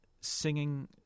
singing